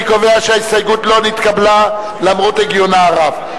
אני קובע שההסתייגות לא נתקבלה, למרות הגיונה הרב.